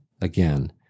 Again